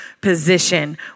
position